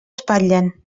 espatllen